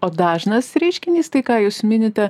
o dažnas reiškinys tai ką jūs minite